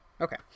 Okay